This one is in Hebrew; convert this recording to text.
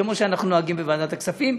כמו שאנחנו נוהגים בוועדת הכספים.